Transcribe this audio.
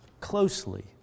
closely